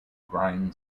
grind